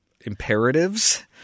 imperatives